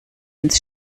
ins